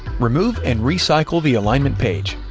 remove and recycle the alignment page.